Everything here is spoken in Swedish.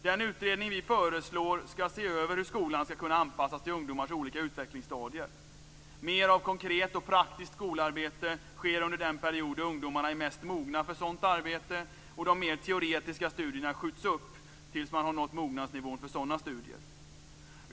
Den utredning som vi föreslår skall se över hur skolan skall kunna anpassas till ungdomars olika utvecklingsstadier. Mer av konkret och praktiskt skolarbete utförs under den period då ungdomarna är mest mogna för sådant arbete, och de mer teoretiska studierna skjuts upp tills man har nått mognadsnivån för sådana studier.